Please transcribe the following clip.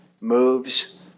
moves